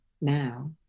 now